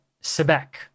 Sebek